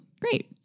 Great